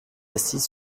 assise